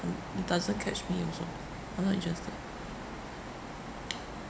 it doesn't catch me also I'm not interested